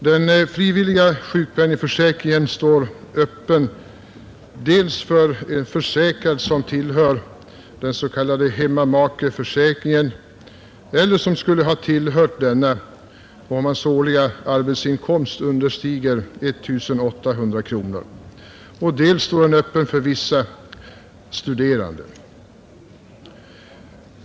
Den frivilliga sjukpenningförsäkringen står öppen dels för försäkrad, som tillhör den s.k. hemmamakeförsäkringen eller som skulle ha tillhört denna om hans årliga arbetsinkomst understigit 1 800 kronor, dels för vissa studerande.